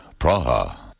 Praha